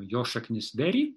jo šaknis very